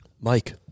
Mike